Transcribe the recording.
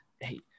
Hey